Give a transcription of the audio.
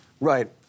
Right